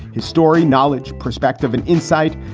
his story, knowledge, perspective and insight,